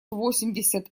восемьдесят